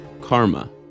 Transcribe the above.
Karma